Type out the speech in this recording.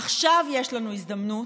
עכשיו יש לנו הזדמנות,